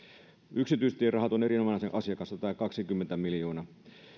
yksityistierahat ovat erinomainen asia kanssa tämä kaksikymmentä miljoonaa